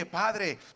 Padre